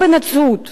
גם בנצרות